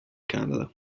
canada